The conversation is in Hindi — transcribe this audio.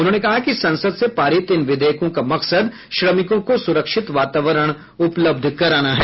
उन्होंने कहा कि संसद से पारित इन विधेयकों का मकसद श्रमिकों को सुरक्षित वातावरण उपलब्ध कराना है